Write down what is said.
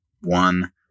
one